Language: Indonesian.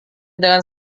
dengan